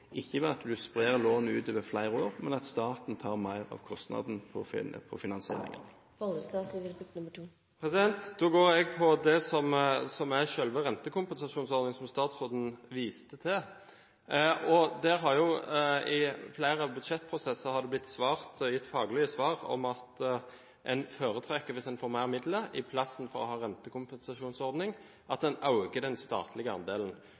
ikke ved å spre lånet utover flere år, men ved at staten tar mer av kostnaden på finansiering. Da går jeg på det som er selve rentekompensasjonsordningen, som statsråden viste til. I flere budsjettprosesser har det blitt gitt faglige svar om at hvis en får mer midler i stedet for å ha rentekompensasjonsordning, foretrekker en at en øker den statlige andelen.